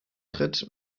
tritt